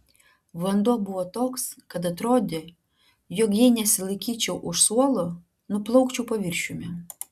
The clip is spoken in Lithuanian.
vanduo buvo toks kad atrodė jog jei nesilaikyčiau už suolo nuplaukčiau paviršiumi